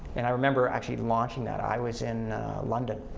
and i remember actually launching that. i was in london,